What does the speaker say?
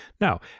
Now